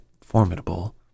formidable